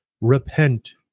repent